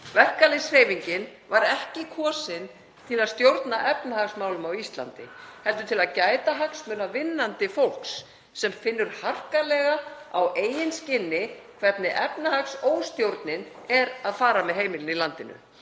Verkalýðshreyfingin var ekki kosin til að stjórna efnahagsmálum á Íslandi heldur til að gæta hagsmuna vinnandi fólks sem finnur harkalega á eigin skinni hvernig efnahagsóstjórnin er að fara með heimilin í landinu.